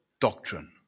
doctrine